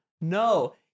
No